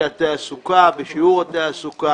בתעסוקה, בשיעור התעסוקה.